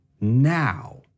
now